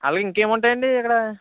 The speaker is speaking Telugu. అలాగే ఇంకా ఏముంటాయి అండి ఇక్కడ